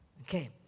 Okay